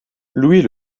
louis